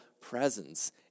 presence